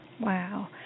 Wow